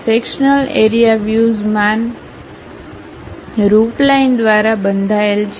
sectional area વ્યુઝમાન રૂપલાઈન દ્વારા બંધાયેલ છે